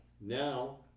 Now